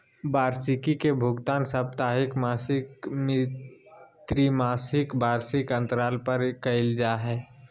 वार्षिकी के भुगतान साप्ताहिक, मासिक, त्रिमासिक, वार्षिक अन्तराल पर कइल जा हइ